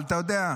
אבל אתה יודע,